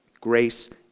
Grace